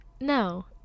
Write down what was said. No